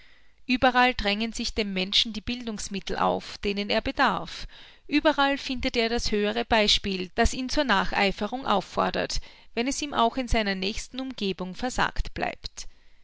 ueberall drängen sich dem menschen die bildungsmittel auf deren er bedarf überall findet er das höhere beispiel das ihn zur nacheiferung auffordert wenn es ihm auch in seiner nächsten umgebung versagt blieb